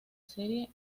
serie